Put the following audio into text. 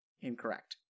Incorrect